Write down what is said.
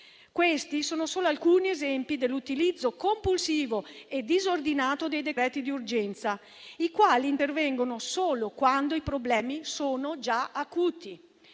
Questi sono solo alcuni esempi dell'utilizzo compulsivo e disordinato dei decreti di urgenza, i quali intervengono solo quando i problemi sono già acuti.